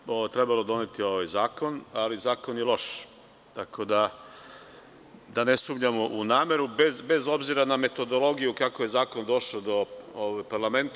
Jasno je da je trebalo doneti ovaj zakon, ali zakon je loš, tako da, da ne sumnjamo unameru, bez obzira na metodologiju kako je zakon došao do parlamenta.